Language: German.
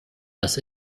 das